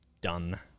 done